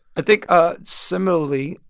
i think ah similarly,